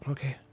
Okay